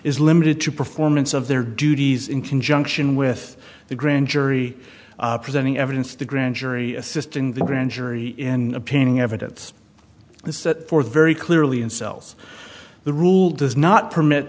is limited to performance of their duties in conjunction with the grand jury presenting evidence the grand jury assisting the grand jury in the painting evidence the set for the very clearly ansel's the rule does not permit